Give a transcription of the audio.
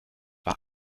war